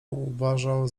uważał